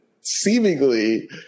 seemingly